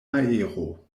aero